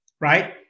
right